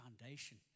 foundation